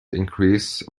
increases